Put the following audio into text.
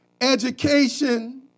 education